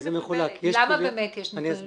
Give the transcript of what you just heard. למה באמת יש נתונים?